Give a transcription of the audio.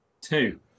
two